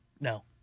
No